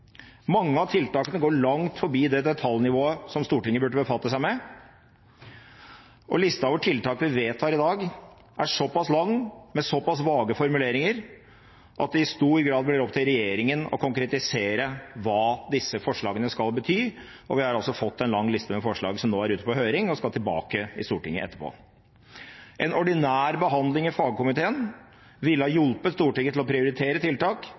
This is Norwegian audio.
Mange av tiltakene går langt forbi det detaljnivået som Stortinget burde befatte seg med, og listen over tiltak vi vedtar i dag, er såpass lang med såpass vage formuleringer at det i stor grad blir opp til regjeringen å konkretisere hva disse forslagene skal bety. Vi har altså fått en lang liste med forslag som nå er ute på høring og skal tilbake til Stortinget etterpå. En ordinær behandling i fagkomiteen ville ha hjulpet Stortinget til å prioritere tiltak